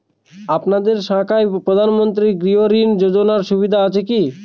আপনাদের শাখায় প্রধানমন্ত্রী গৃহ ঋণ যোজনার সুবিধা আছে কি?